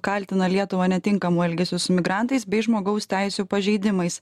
kaltina lietuvą netinkamu elgesiu su migrantais bei žmogaus teisių pažeidimais